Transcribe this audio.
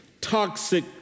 Toxic